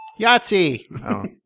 Yahtzee